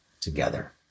together